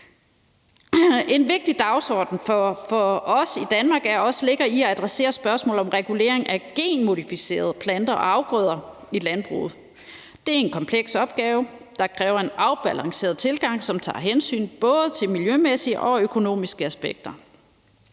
En vigtig dagsorden for os i Danmark ligger også i at adressere spørgsmålet om regulering af genmodificerede planter og afgrøder i landbruget. Det er en kompleks opgave, der kræver en afbalanceret tilgang, som tager hensyn til både miljømæssige og økonomiske aspekter.